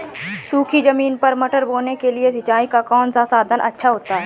सूखी ज़मीन पर मटर बोने के लिए सिंचाई का कौन सा साधन अच्छा होता है?